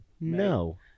No